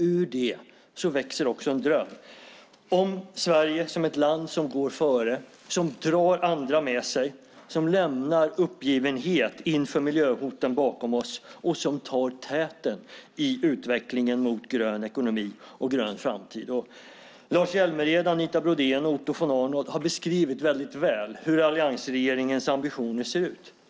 Ur det växer också en dröm om Sverige som ett land som går före, som drar med sig andra, som lämnar uppgivenhet inför miljöhoten bakom oss och som tar täten i utvecklingen mot en grön ekonomi och en grön framtid. Lars Hjälmered, Anita Brodén och Otto von Arnold har beskrivit väldigt väl hur alliansregeringens ambitioner ser ut.